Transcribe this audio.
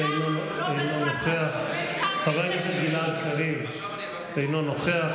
אינו נוכח, חבר הכנסת גלעד קריב אינו נוכח.